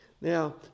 now